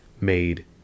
made